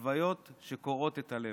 הלוויות שקורעות את הלב.